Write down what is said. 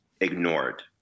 ignored